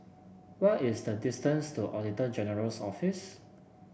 what is the distance to Auditor General's Office